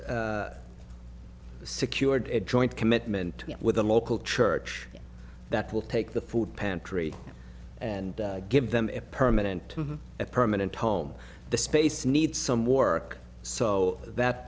secured joint commitment with a local church that will take the food pantry and give them a permanent a permanent home the space needs some work so that